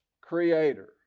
creator